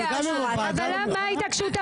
אבל מה ההתעקשות,